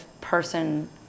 person